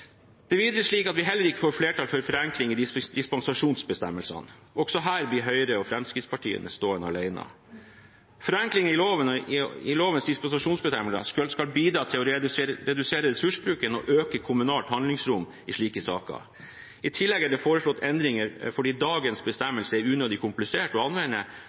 Det er videre slik at vi heller ikke får flertall for forenklinger i dispensasjonsbestemmelsene. Også her blir Høyre og Fremskrittspartiet stående alene. Forenklinger i lovens dispensasjonsbestemmelser skal bidra til å redusere ressursbruken og øke det kommunale handlingsrom i slike saker. I tillegg er det foreslått endringer fordi dagens bestemmelser er unødig komplisert å anvende,